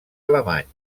alemany